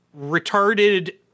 retarded